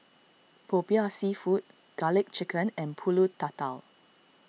Popiah Seafood Garlic Chicken and Pulut Tatal